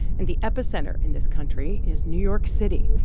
and the epicenter in this country is new york city.